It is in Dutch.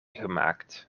gemaakt